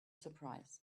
surprise